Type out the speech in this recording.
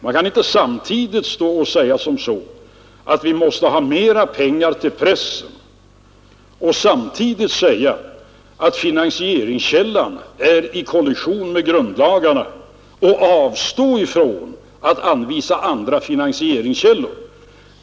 Man kan inte samtidigt säga att vi måste ha mera pengar till pressen och att finansieringskällan är i kollision med grundlagarna och avstå från att anvisa andra finansieringskällor.